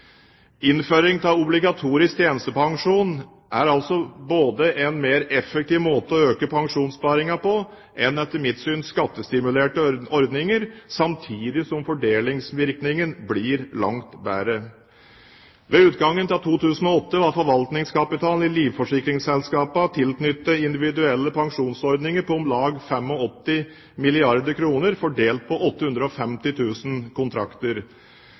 Innføringen av obligatorisk tjenestepensjon er altså en mer effektiv måte å øke pensjonssparingen på enn, etter mitt syn, skattestimulerende ordninger, samtidig som fordelingsvirkningen blir langt bedre. Ved utgangen av 2008 var forvaltningskapitalen i livsforsikringsselskapene tilknyttet individuelle pensjonsordninger på om lag 85 milliarder kr, fordelt på 850 000 kontrakter.